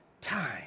time